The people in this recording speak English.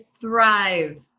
thrive